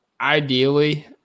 ideally